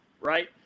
right